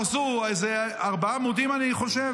פרסו על איזה ארבעה עמודים אני חושב,